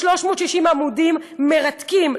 ב-360 עמודים מרתקים,